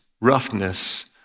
roughness